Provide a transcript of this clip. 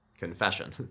Confession